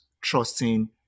trusting